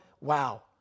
wow